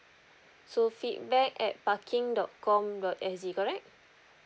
so feedback at parking dot com dot s g correct